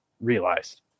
realized